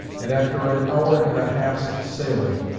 and after an hour and a half's sailing,